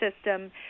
system